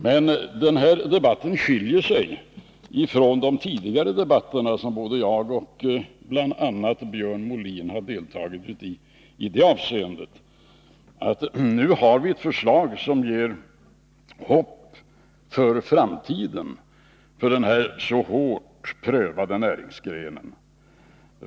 Men den här debatten skiljer sig från de tidigare debatterna, som både jag och bl.a. Björn Molin har deltagit i, i det avseendet att vi nu har ett förslag som ger hopp för framtiden för denna så hårt prövade näringsgren.